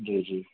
جی جی